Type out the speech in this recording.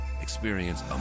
Experience